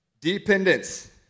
Dependence